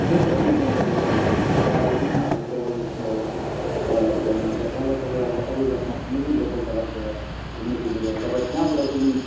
एकदम एकदम तपाईँ पाउन सक्नुहुन्छ त्यहाँबाट जुन हाम्रो ट्राभल एजेन्सीबाट यहाँ तपाईँलाई होटेलमा लान्छ त्यहाँबाट तपाईँ अब अरू जग्गामा कुनै पनि लोकल जग्गामा घुम्नु फिर्नु गयो भने तपाईँहरूलाई त्यहाँबाट पनि